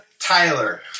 Tyler